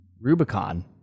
Rubicon